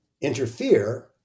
interfere